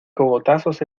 cogotazos